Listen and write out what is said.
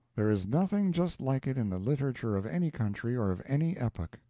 there is nothing just like it in the literature of any country or of any epoch.